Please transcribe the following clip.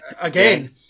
again